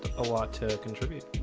a lot to contribute